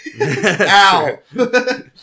ow